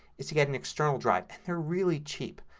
is to get an external drive. they're really cheap.